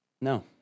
No